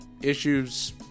issues